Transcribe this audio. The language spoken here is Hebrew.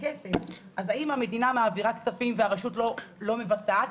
האם המדינה מעבירה כספים והרשות לא מבצעת,